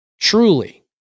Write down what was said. Truly